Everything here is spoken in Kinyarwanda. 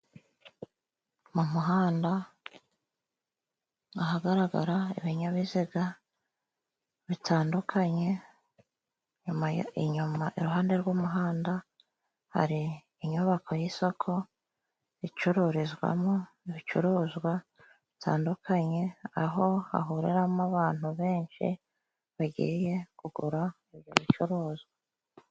Mumuhanda, ahagaragara ibinyabiziga bitandukanye, inyuma iruhande rwumuhanda hari inyubako y'isoko, icururizwamo ibicuruzwa bitandukanye, aho hahuriramo abantu benshi bagiye kugura ibyo bicuruzwa.